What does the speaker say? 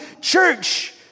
church